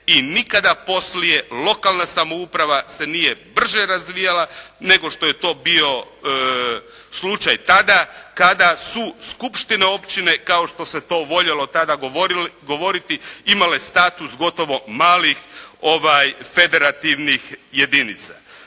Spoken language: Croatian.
i nikada poslije lokalna samouprava se nije brže razvijala nego što je to bio slučaj tada kada su skupštine općina kao što se to voljelo tada govoriti imale status gotovo malih federativnih jedinica.